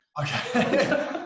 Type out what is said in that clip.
okay